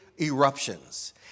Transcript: eruptions